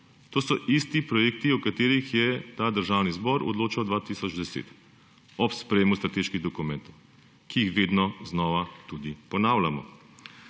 To so isti projekti, o katerih je Državni zbor odločal leta 2010 ob sprejetju strateških dokumentov, ki jih vedno znova tudi ponavljamo.